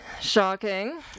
Shocking